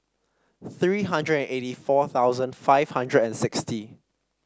three hundred and eighty four thousand five hundred and sixty